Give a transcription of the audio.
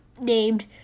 named